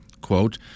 quote